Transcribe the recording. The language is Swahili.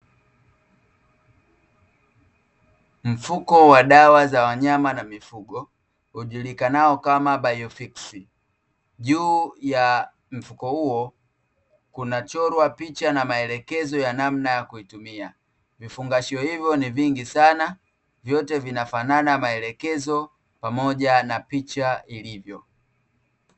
Mfuko wa dawa za wanyama na mifugo ujulikanao kama "bayofiksi" juu ya mfuko huo kunachorwa picha na maelekezo ya namna ya kuitumia, vifungashio hivyo ni vingi sana vyote vinafanana maelekezo pamoja na picha ilivyo.